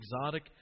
exotic